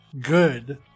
good